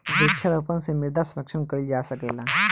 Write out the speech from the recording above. वृक्षारोपण से मृदा संरक्षण कईल जा सकेला